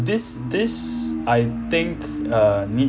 this this I think uh need